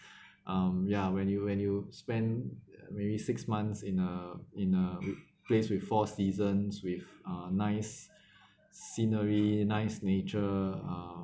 um ya when you when you spend uh maybe six months in a in a place with four seasons with uh nice scenery nice nature uh